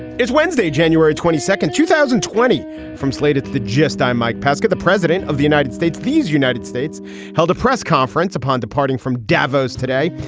it's wednesday, january twenty second, two thousand and twenty from slate's the gist. i'm mike pesca. the president of the united states. these united states held a press conference upon departing from davos today.